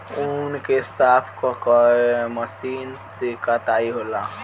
ऊँन के साफ क के मशीन से कताई होला